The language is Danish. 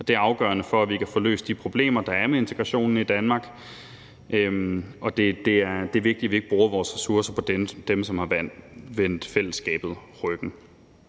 Det er afgørende for, at vi kan få løst de problemer, der er med integrationen i Danmark, og det er vigtigt, at vi ikke bruger vores ressourcer på dem, som har vendt fællesskabet ryggen.